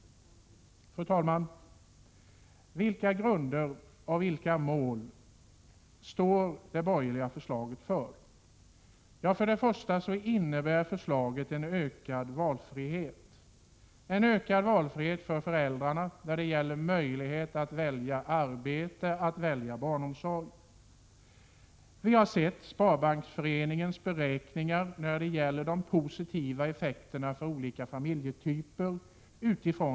Fru talman! På vilka grunder och för vilka mål står det borgerliga förslaget? Först och främst innebär förslaget en ökad valfrihet för föräldrarna när det gäller möjlighet att välja arbete, att välja barnomsorg. Sparbanksföreningen har gjort beräkningar utifrån detta förslag som visar de positiva effekterna för olika familjetyper.